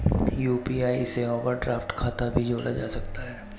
UPI से overdraft खाता भी जोड़ा जा सकता है